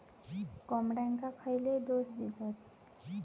कोंबड्यांक खयले डोस दितत?